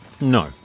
No